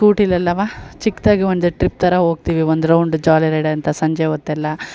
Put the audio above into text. ಸ್ಕೂಟಿಲೆಲ್ಲ ಚಿಕ್ಕದಾಗಿ ಒಂದು ಟ್ರಿಪ್ ಥರ ಹೋಗ್ತೀವಿ ಒಂದು ರೌಂಡ್ ಜಾಲಿ ರೈಡ್ ಅಂತ ಸಂಜೆ ಹೊತ್ತೆಲ್ಲ